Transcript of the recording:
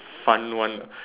fun one